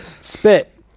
spit